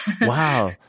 Wow